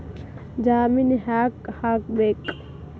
ಜಾಮಿನ್ ಯಾಕ್ ಆಗ್ಬೇಕು?